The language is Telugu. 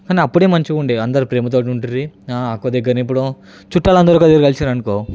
కానీ అప్పుడే మంచిగా ఉండే అందరు ప్రేమతోనే ఉంట్రి కొద్దికానీ ఇప్పుడు చుట్టాలు అందరు ఒకదగ్గర కలిసినారు అనుకో